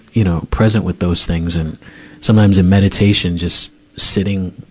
you know, present with those things, and sometimes a meditation, just sitting,